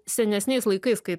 senesniais laikais kai